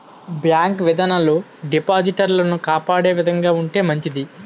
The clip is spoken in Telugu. బ్యాంకు విధానాలు డిపాజిటర్లను కాపాడే విధంగా ఉంటే మంచిది